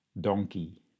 donkey